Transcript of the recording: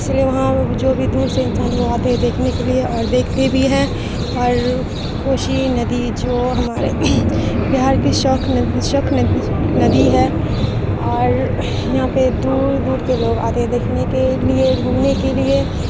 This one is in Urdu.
اس لیے وہاں جو بھی دور سے انسان وہ آتے ہیں دیکھنے کے لیے اور دیکھتے بھی ہیں اور کوسی ندی جو ہمارے بہار کے شوک شوک ندی ہے اور یہاں پہ دور دور کے لوگ آتے ہیں دیکھنے کے لیے گھومنے کے لیے